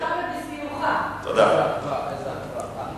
איזו אחווה, איזו אחווה.